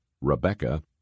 Rebecca